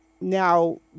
now